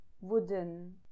wooden